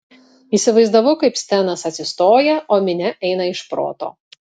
įsivaizdavau kaip stenas atsistoja o minia eina iš proto